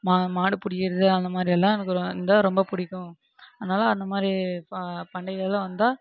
மா மாடு பிடிக்கறது அந்தமாதிரி எல்லாம் எனக்கு இருந்தால் ரொம்ப பிடிக்கும் அதனால அந்தாரி பண்டிகைலாம் வந்தால்